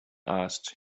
asked